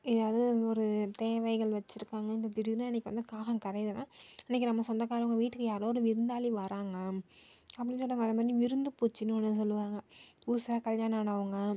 எதாவது ஒரு தேவைகள் வச்சிருக்காங்க இந்த திடீன்னு அன்னைக்கு வந்து காகம் கரையிதுன்னா இன்னிக்கு நம்ம சொந்தக்காரவங்க வீட்டுக்கு யாரோ ஒரு விருந்தாளி வராங்க அப்படின் சொல்லுவாங்க அதே மாதிரி விருந்து பூச்சின்னு ஒன்று சொல்லுவாங்க புதுசாக கல்யாணம் ஆனவங்க